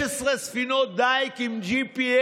16 ספינות דיג עם GPS,